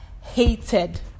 hated